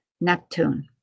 neptune